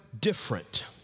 different